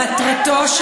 מטרתו,